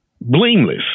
blameless